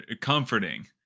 comforting